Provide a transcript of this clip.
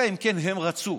אלא אם כן הם רצו.